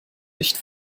licht